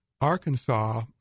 Arkansas